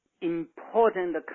important